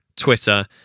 twitter